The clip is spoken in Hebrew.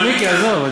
אבל, מיקי, עזוב.